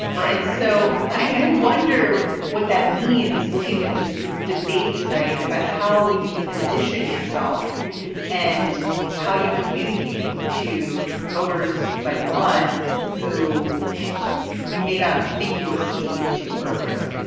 right. so i wonder what that means looking at this debate tonight about how you position yourself and how you communicate to voters. you might want who you may not think you were speaking to earlier